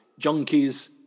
Junkies